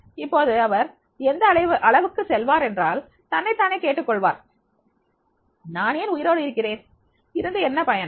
இப்போது அவர் எந்த அளவுக்கு செல்வார் என்றால் தன்னைத் தானே கேட்டுக் கொள்வார் நான் ஏன் உயிரோடு இருக்கிறேன் இருந்து என்ன பயன்